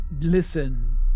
listen